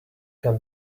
can